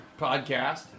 podcast